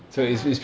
(uh huh)